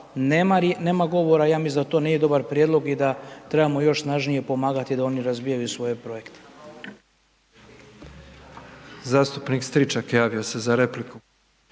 nema govora, ja mislim da to nije dobar prijedlog i da trebamo još snažnije pomagati da oni razvijaju svoje projekte.